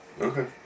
Okay